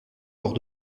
lors